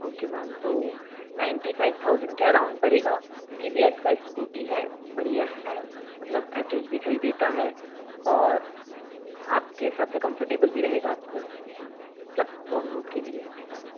okay ma'am तो ninety five thousand के around पड़ेगा टी वी एस का स्कूटी है बढ़िया है मतलब ऐवरेज भी सही देता है और आप के हिसाब से कम्फर्टेबल भी रहेगा आप को मतलब लॉन्ग रूट के लिए ऐसा